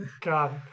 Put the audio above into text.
God